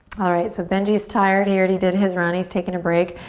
alright, so benji's tired. he already did his run. he's takin' a break.